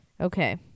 okay